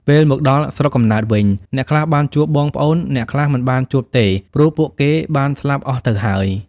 ពេលមកដល់ស្រុកកំណើតវិញអ្នកខ្លះបានជួបបងប្អូន អ្នកខ្លះមិនបានជួបទេព្រោះពួកគេបានស្លាប់អស់ទៅហើយ។